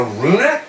Aruna